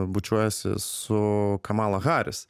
bučiuojasi su kamala harris